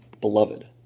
beloved